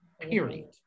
period